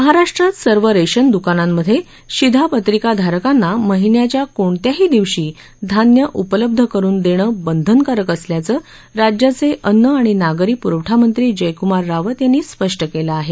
महाराष्ट्रात सर्व रेशन दुकानांमधे शिधापत्रिकाधारकांना महिन्याच्या कोणत्याही दिवशी धान्य उपलब्ध करुन देणं बंधनकारक असल्याचं राज्याचे अन्न आणि नागरी पुरवठामंत्री जयकुमार रावत यांनी स्पष्ट केलं आहे